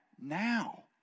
now